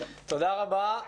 תודה רבה.